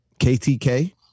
KTK